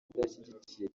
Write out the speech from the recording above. adashyigikiye